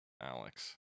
Alex